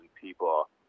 people